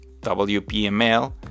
WPML